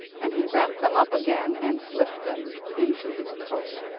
and he wrapped them up again and slipped them into his coat.